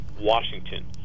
Washington